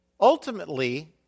Ultimately